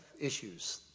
issues